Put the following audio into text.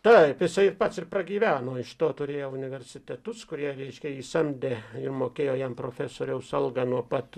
taip jisai ir pats ir pragyveno iš to turėjo universitetus kurie reiškia jį samdė ir mokėjo jam profesoriaus algą nuo pat